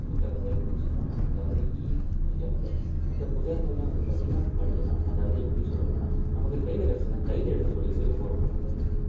புத்தகங்கள் அப்படின்னு சொல்கிறாங்க அதாவது இ புத்தகங்கள் இந்த புத்தகங்களெலாம் வந்து பார்த்தீங்கன்னா படிக்கலாம் அதாவது எப்படி சொல்வதுன்னா நமக்கு கையில் கிடைச்சிதுன்னா கையில் எடுத்து படிக்கிறது ரொம்ப ரொம்ப நல்லதுங்க